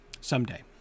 someday